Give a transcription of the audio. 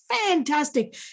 fantastic